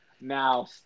Now